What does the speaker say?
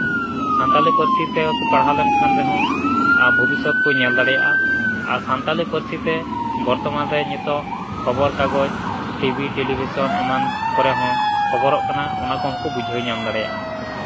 ᱥᱟᱱᱛᱟᱞᱤ ᱯᱟᱹᱨᱥᱤ ᱛᱮᱠᱚ ᱯᱟᱲᱦᱟᱣ ᱞᱮᱱᱠᱷᱟᱱ ᱨᱮᱦᱚᱸ ᱵᱷᱚᱵᱤᱥᱥᱚᱛ ᱠᱚ ᱧᱮᱞ ᱫᱟᱲᱮᱭᱟᱜᱼᱟ ᱟᱨ ᱥᱟᱱᱛᱟᱞᱤ ᱯᱟᱹᱨᱥᱤ ᱛᱮ ᱵᱚᱨᱛᱚᱢᱟᱱ ᱨᱮ ᱱᱤᱛᱚᱜ ᱠᱷᱚᱵᱚᱨ ᱠᱟᱜᱚᱡᱽ ᱴᱤᱵᱷᱤ ᱴᱮᱞᱤᱵᱷᱤᱥᱚᱱ ᱮᱢᱟᱱ ᱠᱚᱨᱮ ᱦᱚᱸ ᱠᱷᱚᱵᱚᱨᱚᱜ ᱠᱟᱱᱟ ᱚᱱᱟ ᱠᱚ ᱦᱚᱸ ᱵᱩᱡᱷᱟᱹᱣ ᱧᱟᱢ ᱫᱟᱲᱮᱭᱟᱜᱼᱟ